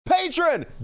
Patron